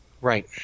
Right